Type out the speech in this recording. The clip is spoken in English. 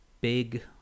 big